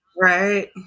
Right